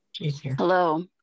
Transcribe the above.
Hello